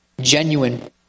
genuine